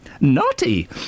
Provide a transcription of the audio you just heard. naughty